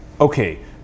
Okay